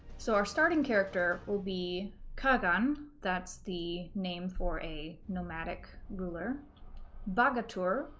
so our starting character will be qaghan that's the name for a nomadic ruler baghatur,